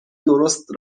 درست